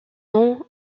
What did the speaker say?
nom